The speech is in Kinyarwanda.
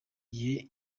gihe